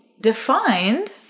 defined